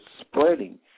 spreading